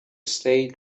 stay